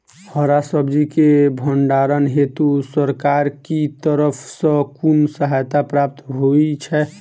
हरा सब्जी केँ भण्डारण हेतु सरकार की तरफ सँ कुन सहायता प्राप्त होइ छै?